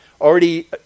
already